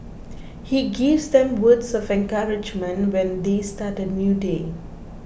he gives them words of encouragement when they start a new day